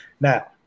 now